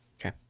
Okay